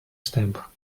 stamp